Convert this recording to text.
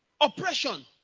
oppression